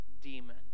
demon